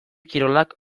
kirolak